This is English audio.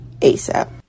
ASAP